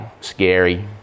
scary